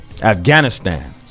Afghanistan